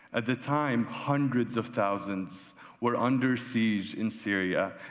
at the time, hundreds of thousands were under siege in syria,